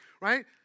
right